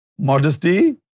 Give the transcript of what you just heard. Modesty